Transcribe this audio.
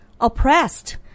oppressed